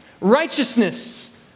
Righteousness